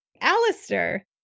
Alistair